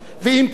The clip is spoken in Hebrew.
ואם כך,